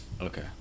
Okay